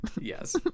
Yes